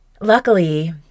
Luckily